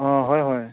অঁ হয় হয়